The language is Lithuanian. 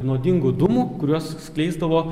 nuodingų dūmų kuriuos skleisdavo